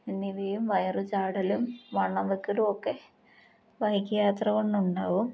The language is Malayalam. എന്നിവയും വയറ് ചാടലും വണ്ണം വെക്കലും ഒക്കെ വൈക്ക് യാത്ര കൊണ്ട് ഉണ്ടാവും